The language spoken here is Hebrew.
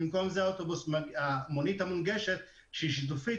במקום זה המונית המונגשת שהיא שיתופית,